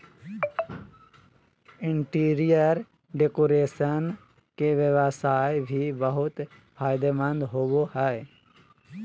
interior decoration के व्यवसाय भी बहुत फायदेमंद होबो हइ